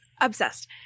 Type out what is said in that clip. Obsessed